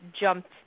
jumped